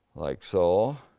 like so.